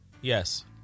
Yes